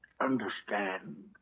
understand